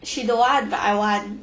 she don't want but I want